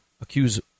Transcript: accuse